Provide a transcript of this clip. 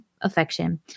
affection